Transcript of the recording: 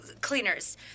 cleaners